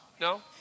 No